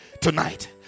tonight